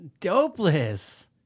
Dopeless